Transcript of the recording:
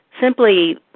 simply